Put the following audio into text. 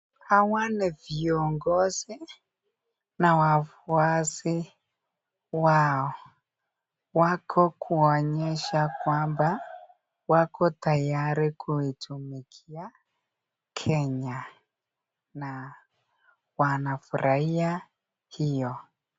Hawa ni viongozi na wafuasi wao, wako kuonyesha kwamba wako tayari kutumikia Kenya na wanafurahia hiyo.